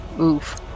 Oof